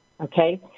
okay